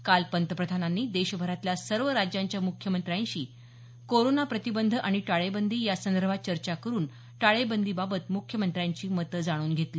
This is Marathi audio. काल पंतप्रधानांनी देशभरातल्या सर्व राज्यांच्या मुख्यमंत्र्यांशी कोरोना प्रतिबंध आणि टाळेबंदी या संदर्भात चर्चा करून टाळेबंदीबाबत मुख्यमंत्र्यांची मत जाणून घेतली